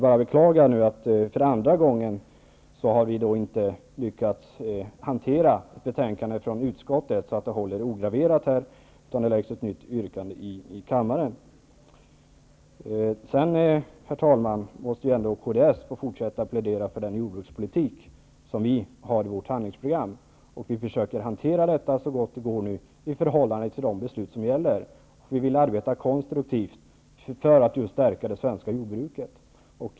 Jag beklagar för andra gången nu att vi inte har lyckats hantera betänkandet så att det håller ograverat, utan det har ställts ett nytt yrkande i kammaren. Herr talman! Kds måste ändå få fortsätta att plädera för den jordbrukspolitik som vi har i vårt handlingsprogram. Vi försöker hantera det så gott det går i förhållande till de beslut som gäller. Vi vill arbeta konstruktivt för att stärka det svenska jordbruket.